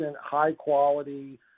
high-quality